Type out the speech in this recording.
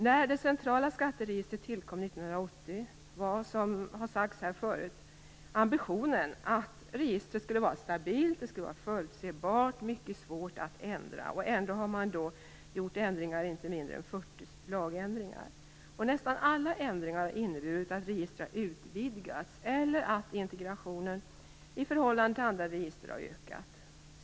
När det centrala skatteregistret tillkom 1980 var, som har sagts här förut, ambitionen att registret skulle vara stabilt, förutsebart och mycket svårt att ändra. Ändå har man gjort inte mindre än 40 lagändringar. Nästan alla ändringar har inneburit att registret har utvidgats eller att integrationen i förhållande till andra register har ökat.